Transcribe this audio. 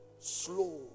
slow